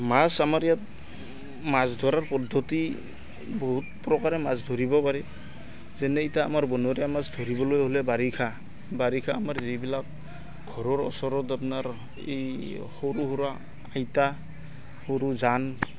মাছ আমাৰ ইয়াত মাছ ধৰাৰ পদ্ধতি বহুত প্ৰকাৰে মাছ ধৰিব পাৰি যেনে এতিয়া আমাৰ বনৰীয়া মাছ ধৰিবলৈ হ'লে বাৰিষা বাৰিষা আমাৰ যিবিলাক ঘৰৰ ওচৰত আপোনাৰ এই সৰু সুৰা সৰু জান